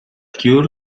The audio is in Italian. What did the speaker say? cure